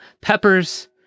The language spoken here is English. peppers